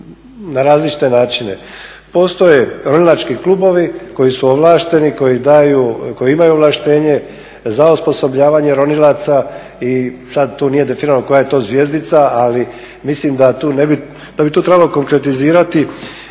na različite načine. Postoje ronilački klubovi koji su ovlašteni koji imaju ovlaštenje za osposobljavanje ronilaca i sada tu nije definirano koja je to zvjezdica ali mislim da bi tu trebalo konkretizirati